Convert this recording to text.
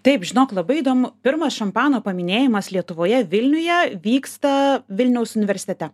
taip žinok labai įdomu pirmas šampano paminėjimas lietuvoje vilniuje vyksta vilniaus universitete